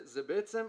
בעצם,